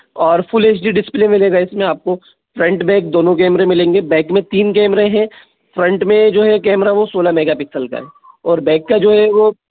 और full H D display मिलेगा इसमें आपको फ्रंट में दोनों कैमरे मिलेंगे बैक में तीन कैमरे हैं फ्रंट में है जो कैमरा है वो सोलह मेगापिक्सल का है और बैक का है जो वो